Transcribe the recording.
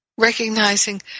Recognizing